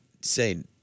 say